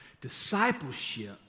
discipleship